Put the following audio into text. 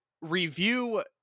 review